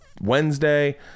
wednesday